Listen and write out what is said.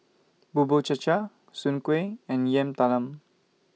Bubur Cha Cha Soon Kuih and Yam Talam